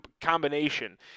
combination